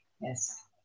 Yes